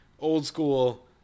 old-school